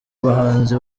bahanzi